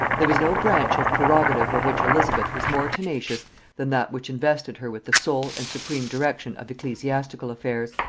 there was no branch of prerogative of which elizabeth was more tenacious than that which invested her with the sole and supreme direction of ecclesiastical affairs.